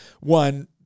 one